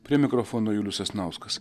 prie mikrofono julius sasnauskas